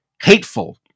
hateful